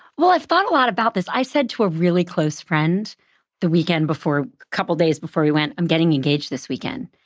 well, i've thought a lot about this. i said to a really close friend the weekend before, couple days before we went, i'm getting engaged this weekend.